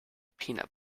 peanut